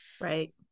right